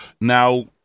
Now